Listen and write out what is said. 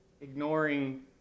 ignoring